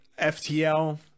FTL